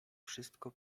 wszystko